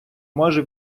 може